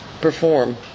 perform